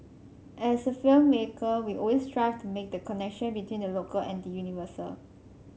as a filmmaker we always strive to make the connection between the local and the universal